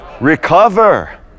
recover